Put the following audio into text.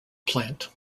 plant